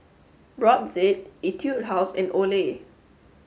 Brotzeit Etude House and Olay